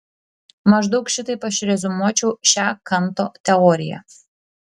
maždaug šitaip aš reziumuočiau šią kanto teoriją